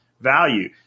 value